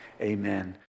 amen